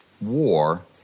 war